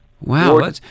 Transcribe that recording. Wow